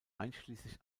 einschließlich